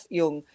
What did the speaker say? yung